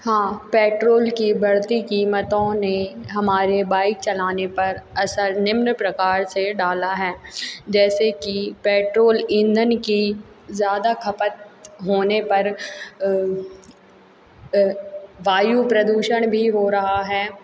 हाँ पेट्रोल के बढ़ते कीमतों ने हमारे बाइक चलाने पर असर निम्न प्रकार से डाला है जैसे कि पेट्रोल इंधन की ज़्यादा खपत होने पर वायु प्रदूषण भी हो रहा है